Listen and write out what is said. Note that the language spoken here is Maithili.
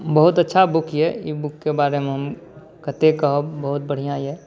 बहुत अच्छा बुक अछि ई बुकके बारेमे हम कते कहब बहुत बढिऑं अछि